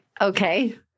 okay